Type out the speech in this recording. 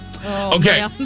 Okay